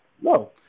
No